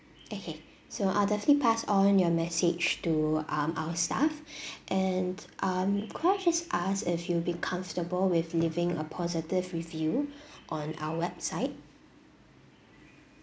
okay so I'll definitely pass on your message to um our staff and um could I just ask if you'll be comfortable with leaving a positive review on our website